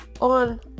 on